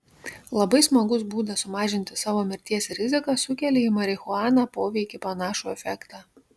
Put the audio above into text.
labai smagus būdas sumažinti savo mirties riziką sukelia į marihuaną poveikį panašų efektą